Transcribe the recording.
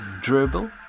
Dribble